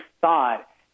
thought